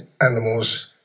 animals